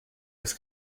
ist